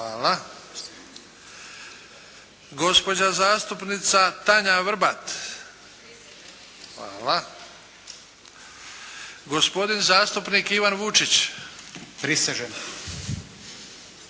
gospodin zastupnik Ivan Vučić – prisežem,